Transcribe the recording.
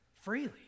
freely